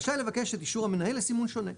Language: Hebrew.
רשאי לבקש את אישור המנהל לסימון שונה.